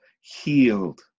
healed